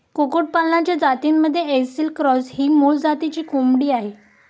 कुक्कुटपालनाच्या जातींमध्ये ऐसिल क्रॉस ही मूळ जातीची कोंबडी आहे